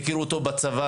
יכירו אותו בצבא,